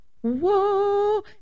whoa